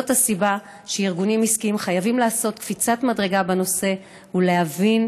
זאת הסיבה שארגונים עסקיים חייבים לעשות קפיצת מדרגה בנושא ולהבין